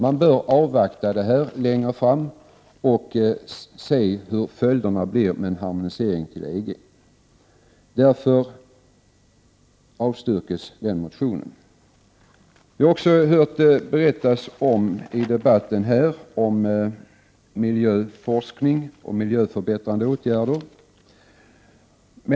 Man bör avvakta och se hur följderna blir vid en harmonisering till EG. Därför yrkar jag avslag på reservationen. I debatten har det också talats om miljöforskning och miljöförbättrande åtgärder.